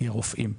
היא הרופאים.